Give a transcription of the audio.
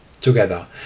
Together